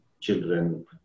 children